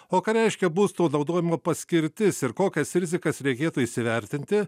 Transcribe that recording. o ką reiškia būsto naudojimo paskirtis ir kokias rizikas reikėtų įsivertinti